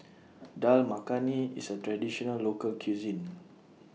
Dal Makhani IS A Traditional Local Cuisine